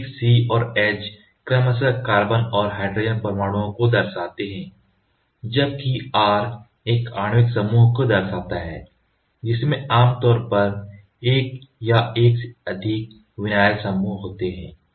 प्रतीक C और H क्रमशः carbon और हाइड्रोजन परमाणुओं को दर्शाता है जबकि R एक आणविक समूह को दर्शाता है जिसमें आमतौर पर एक या एक से अधिक विनाइल समूह होते हैं